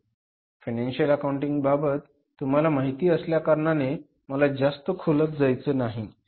financial accounting बाबत तुम्हाला माहिती असल्या कारणाने मला यात जास्त खोलात जायचे नाही